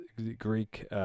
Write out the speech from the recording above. Greek